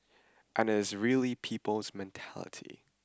and it is really people's mentality